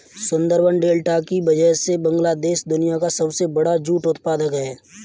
Sundarban delta की वजह से बांग्लादेश दुनिया का सबसे बड़ा जूट उत्पादक है